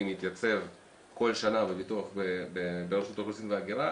מתייצב כל שנה ברשות האוכלוסין וההגירה,